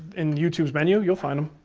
and youtube's menu, you'll find him.